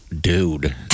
dude